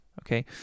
okay